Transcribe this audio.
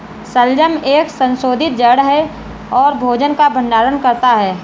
शलजम एक संशोधित जड़ है और भोजन का भंडारण करता है